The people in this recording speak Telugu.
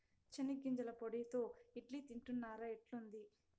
చెనిగ్గింజల పొడితో ఇడ్లీ తింటున్నారా, ఎట్లుంది